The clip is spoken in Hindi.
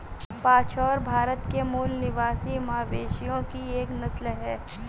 बछौर भारत के मूल निवासी मवेशियों की एक नस्ल है